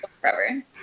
forever